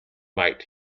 might